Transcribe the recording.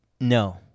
no